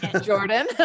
Jordan